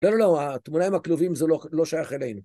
לא, לא, לא, התמונה עם הכלובים זה לא שייך אלינו.